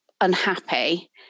unhappy